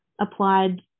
applied